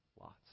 lots